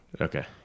Okay